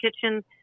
Kitchen